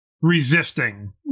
resisting